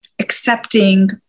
accepting